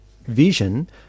vision